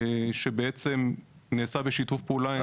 שבעצם נעשה עם שיתוף פעולה.